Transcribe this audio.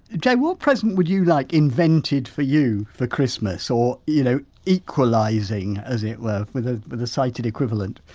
joe, what present would you like invented for you for christmas or you know equalising, as it were, with ah with a sighted equivalent?